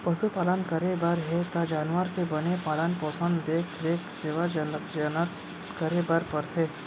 पसु पालन करे बर हे त जानवर के बने पालन पोसन, देख रेख, सेवा जनत करे बर परथे